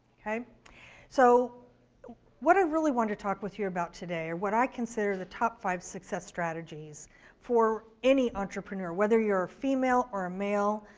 so what i really want to talk with you about today, are what i consider the top five success strategies for any entrepreneur whether you're a female or a male,